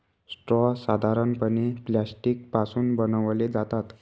straw साधारणपणे plastic पासून बनवले जातात